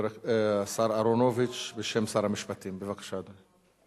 השר אהרונוביץ, בשם שר המשפטים, בבקשה, אדוני.